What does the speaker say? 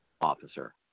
officer